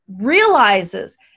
realizes